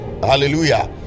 Hallelujah